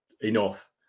enough